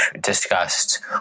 discussed